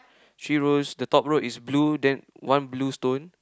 three rows the top row is blue then one blue stone